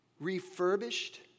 refurbished